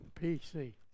P-C